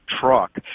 truck